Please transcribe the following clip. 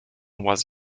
was